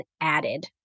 added